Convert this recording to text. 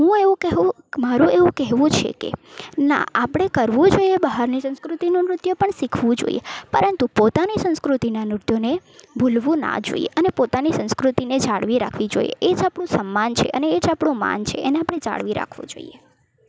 હું એવું કહેવું મારું એવું કહેવું છે કે ના આપણે કરવું જોઈએ બહારની સંસ્કૃતિનું નૃત્ય પણ શીખવું જોઈએ પરંતુ પોતાની સંસ્કૃતિનાં નૃત્યોને ભૂલવું ના જોઈએ અને પોતાની સંસ્કૃતિને જાળવી રાખવી જોઈએ એ જ આપણું સન્માન છે અને એ જ આપણું માન છે એને આપણે જાળવી રાખવું જોઈએ